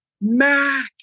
Mac